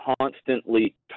constantly